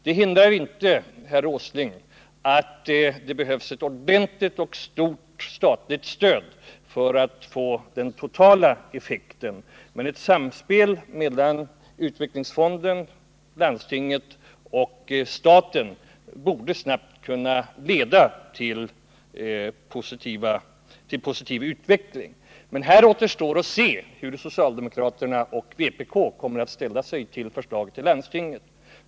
Det hindrar inte, herr Åsling, att det behövs ett ordentligt och stort statligt stöd för att få den totala effekten, men ett samspel mellan utvecklingsfonden, landstinget och staten borde snabbt kunna leda till en positiv utveckling. Här återstår att se hur socialdemokraterna och vpk kommer att ställa sig till förslaget i landstinget.